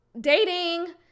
dating